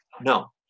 No